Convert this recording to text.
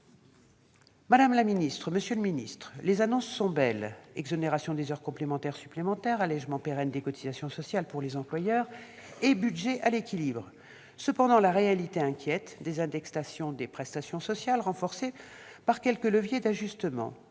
Madame la ministre, monsieur le secrétaire d'État, les annonces sont belles : exonération des heures complémentaires et supplémentaires, allégement pérenne des cotisations sociales pour les employeurs et budget à l'équilibre. Mais la réalité inquiète : je pense à la désindexation des prestations sociales, renforcée par quelques leviers d'ajustement.